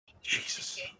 Jesus